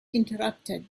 interrupted